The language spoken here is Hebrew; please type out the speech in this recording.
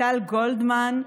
טל גולדמן,